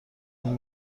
این